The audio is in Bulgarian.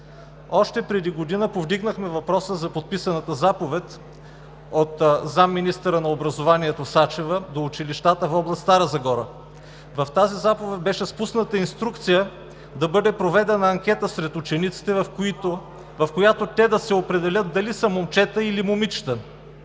Още преди година повдигнахме въпроса за подписаната заповед от заместник-министъра на образованието Сачева до училищата в област Стара Загора. В тази заповед беше спусната инструкция да бъде проведена анкета сред учениците, в която те да се определят дали са момчета, или момичета.